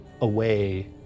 away